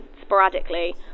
sporadically